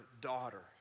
daughter